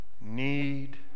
need